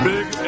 Big